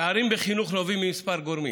פערים בחינוך נובעים מכמה גורמים.